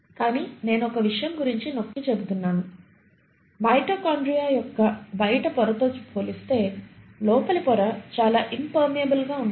కానీ నేను ఒక విషయం గురించి నొక్కి చెబుతున్నాను మైటోకాండ్రియా యొక్క బయటి పొరతో పోలిస్తే లోపలి పొర చాలా ఇంపేర్మియబుల్ గా ఉంటుంది